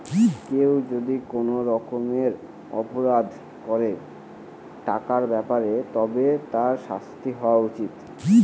কেউ যদি কোনো রকমের অপরাধ করে টাকার ব্যাপারে তবে তার শাস্তি হওয়া উচিত